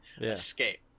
escape